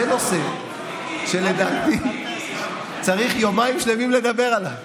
זה נושא שלדעתי צריך יומיים שלמים לדבר עליו,